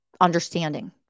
understanding